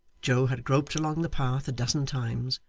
joe had groped along the path a dozen times,